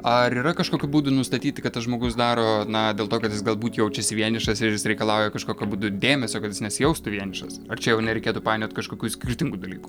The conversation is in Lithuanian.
ar yra kažkokių būdų nustatyti kad tas žmogus daro na dėl to kad jis galbūt jaučiasi vienišas ir jis reikalauja kažkokiu būdu dėmesio kad jis nesijaustų vienišas ar čia jau nereikėtų painiot kažkokių skirtingų dalykų